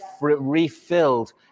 refilled